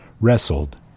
wrestled